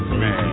man